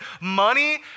money